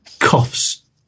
coughs